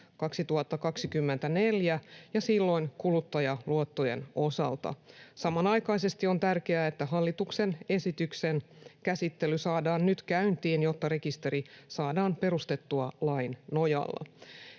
2024, ja silloin kuluttajaluottojen osalta. Samanaikaisesti on tärkeää, että hallituksen esityksen käsittely saadaan nyt käyntiin, jotta rekisteri saadaan perustettua lain nojalla.